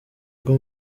rwo